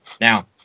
Now